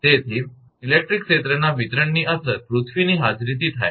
તેથી ઇલેક્ટ્રિક ક્ષેત્રના વિતરણની અસર પૃથ્વીની હાજરીથી થાય છે